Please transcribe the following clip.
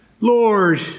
Lord